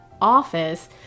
office